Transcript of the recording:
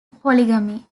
polygamy